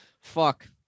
fuck